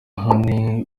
honey